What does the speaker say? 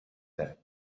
that